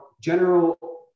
general